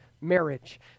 marriage